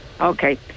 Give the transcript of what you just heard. okay